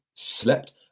slept